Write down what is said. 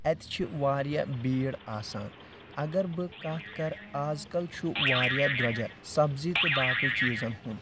اتہِ چھِ واریاہ بیٖڑ آسان اگر بہٕ کتھ کر آز کل چھُ واریاہ درٛۄجر سبزی تہٕ باقٕے چیٖزن ہُنٛد